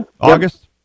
August